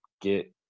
get